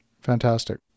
Fantastic